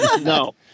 No